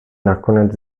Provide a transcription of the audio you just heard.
nakonec